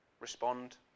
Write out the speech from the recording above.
respond